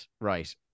Right